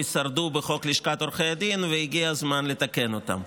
שרדו בחוק לשכת עורכי הדין והגיע הזמן לתקן אותן.